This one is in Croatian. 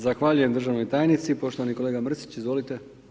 Zahvaljujem državnoj tajnici, poštovani kolega Mrsić, izvolite.